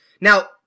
Now